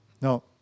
no